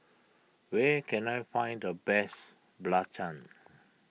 where can I find the best Belacan